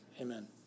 Amen